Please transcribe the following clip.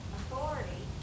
authority